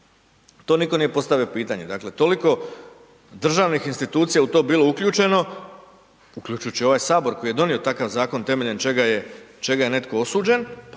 To nitko nije postavio pitanje, dakle, toliko državnih institucija u to bilo uključeno, uključujući ovaj Sabor koje je donio takav Zakon temeljem čega je, čega je netko osuđen, pa